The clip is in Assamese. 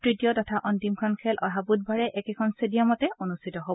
তৃতীয় তথা অন্তিমখন খেল অহা বুধবাৰে একেখন টেডিয়ামতে অনুষ্ঠিত হব